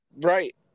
Right